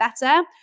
better